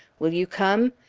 will you come?